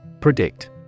Predict